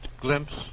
glimpse